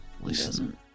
Listen